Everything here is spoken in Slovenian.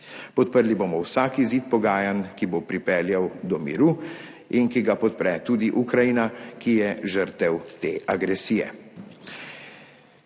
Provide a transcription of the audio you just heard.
Podprli bomo vsak izid pogajanj, ki bo pripeljal do miru in ki ga podpre tudi Ukrajina, ki je žrtev te agresije.